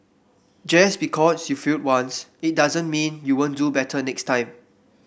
just because you failed once it doesn't mean you won't do better next time